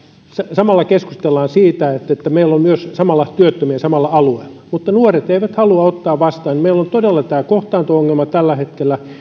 samalla keskustellaan siitä että että meillä on myös työttömiä samalla alueella mutta nuoret eivät halua ottaa vastaan meillä on todella tämä kohtaanto ongelma tällä hetkellä